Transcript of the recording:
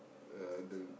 uh the